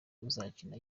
uzakina